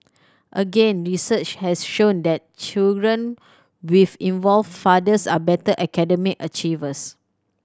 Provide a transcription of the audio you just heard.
again research has shown that children with involved fathers are better academic achievers